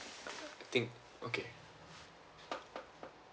I think okay